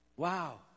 Wow